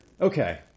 Okay